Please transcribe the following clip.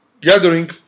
gathering